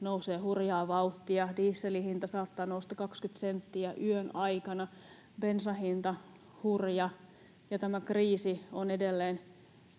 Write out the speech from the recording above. nousee hurjaa vauhtia, dieselin hinta saattaa nousta 20 senttiä yön aikana, bensan hinta on hurja ja tämä kriisi on edelleen